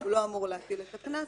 הוא לא אמור להפעיל את הקנס.